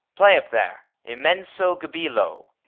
play up, there! immenso giubilo.